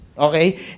Okay